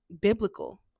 biblical